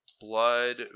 blood